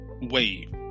wave